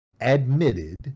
admitted